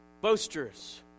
Boasters